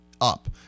up